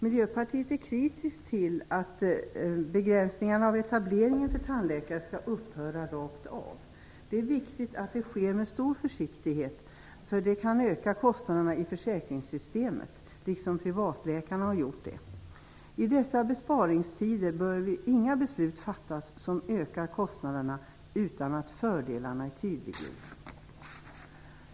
Miljöpartiet är kritiskt till att begränsningarna av etablering för tandläkare skall upphöra rakt av. Det är viktigt att det sker med stor försiktighet eftersom det kan öka kostnaderna i försäkringssystemet, så som har skett när det gäller privatläkarna. I dessa besparingstider bör det inte fattas några beslut som ökar kostnaderna utan att fördelarna är tydliga.